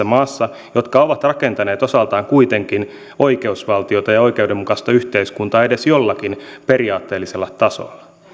maassa perinteisiä vastuunkantajia jotka ovat rakentaneet osaltaan kuitenkin oikeusval tiota ja oikeudenmukaista yhteiskuntaa edes jollakin periaatteellisella tasolla